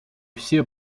все